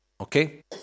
Okay